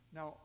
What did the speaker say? Now